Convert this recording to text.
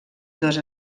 dos